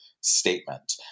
statement